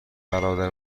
برادر